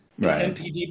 MPD